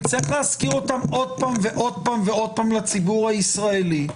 נצטרך להזכיר אותם שוב ושוב לציבור הישראלי,